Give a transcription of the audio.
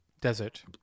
Desert